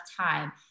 time